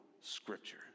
scripture